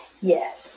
Yes